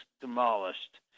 demolished